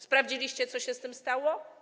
Sprawdziliście, co się z tym stało?